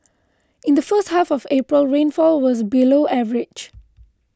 in the first half of April rainfall was below average